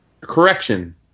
correction